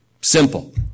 Simple